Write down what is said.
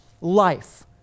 life